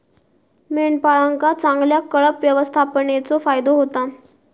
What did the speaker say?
मेंढपाळांका चांगल्या कळप व्यवस्थापनेचो फायदो होता